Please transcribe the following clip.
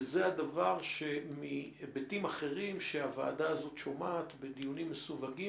וזה הדבר שמהיבטים אחרים שהוועדה הזאת שומעת בדיונים מסווגים,